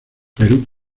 perú